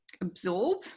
absorb